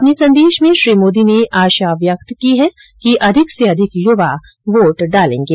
अपने संदेश में श्री मोदी ने आशा व्यक्त की है कि अधिक से अधिक युवा वोट डालेंगे